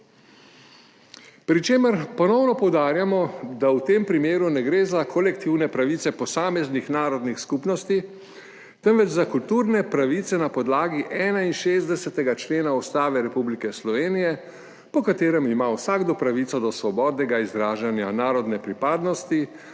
pri čemer ponovno poudarjamo, da v tem primeru ne gre za kolektivne pravice posameznih narodnih skupnosti, temveč za kulturne pravice na podlagi 61. člena Ustave Republike Slovenije, po katerem ima vsakdo pravico do svobodnega izražanja narodne pripadnosti,